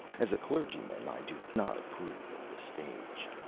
as a clergyman, i do not approve of the stage.